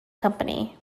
company